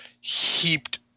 heaped